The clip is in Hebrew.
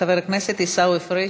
חבר הכנסת עיסאווי פריג',